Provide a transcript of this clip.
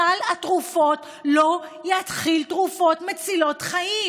סל התרופות לא יכיל תרופות מצילות חיים.